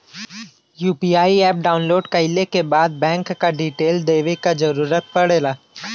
UPI app download कइले क बाद बैंक क डिटेल देवे क जरुरत पड़ेला